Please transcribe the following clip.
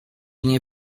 nie